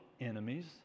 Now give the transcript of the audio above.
enemies